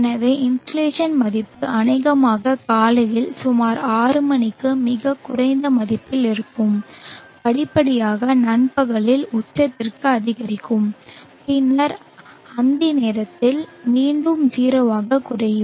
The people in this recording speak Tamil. எனவே இன்சோலேஷன் மதிப்பு அநேகமாக காலையில் சுமார் 6 மணிக்கு மிகக் குறைந்த மதிப்பில் இருக்கும் படிப்படியாக நண்பகலில் உச்சத்திற்கு அதிகரிக்கும் பின்னர் அந்தி நேரத்தில் மீண்டும் 0 ஆக குறையும்